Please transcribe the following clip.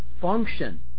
function